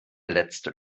letzte